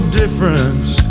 difference